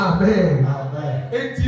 Amen